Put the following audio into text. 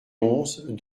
onze